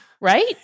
Right